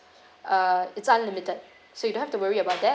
uh it's unlimited so you don't have to worry about that